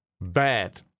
bad